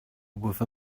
with